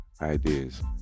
ideas